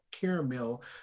caramel